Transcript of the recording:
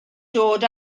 dod